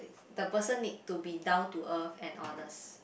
the person need to be down to earth and honest